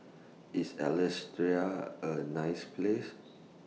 IS A nice Place